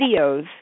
videos